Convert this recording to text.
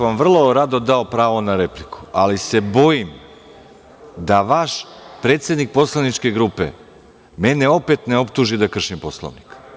Vrlo rado bih vam dao pravo na repliku, ali se bojim da vaš predsednik poslaničke grupe mene opet ne optuži da ja kršim Poslovnik.